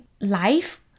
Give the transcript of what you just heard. life